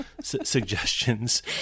suggestions